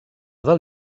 del